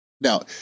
Now